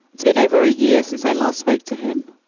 it's been over a year since i last spoke to him.